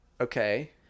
Okay